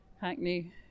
Hackney